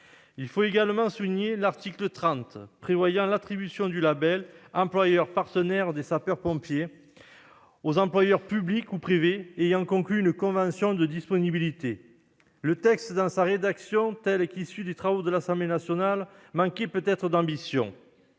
Il faut également souligner l'article 30, portant la création du label « employeur partenaire des sapeurs-pompiers », attribué aux employeurs publics ou privés ayant conclu une convention de disponibilité. Le texte, dans sa rédaction issue des travaux de l'Assemblée nationale, manquait peut-être d'ambition